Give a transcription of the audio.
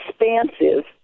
expansive